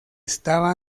estaba